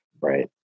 right